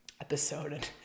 episode